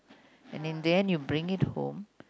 and in the end you bring it home